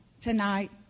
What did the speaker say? tonight